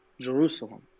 Jerusalem